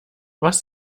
was